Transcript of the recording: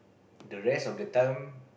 the rest of the time